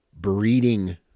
breeding